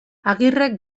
agirrek